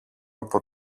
από